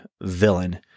villain